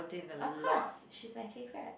of course she's my favourite